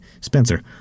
Spencer